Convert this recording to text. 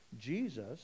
Jesus